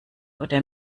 oder